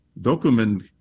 document